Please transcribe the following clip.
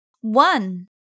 one